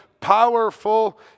powerful